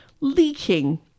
leaking